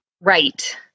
Right